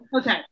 okay